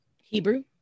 Hebrew